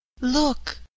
Look